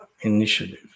initiative